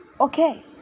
okay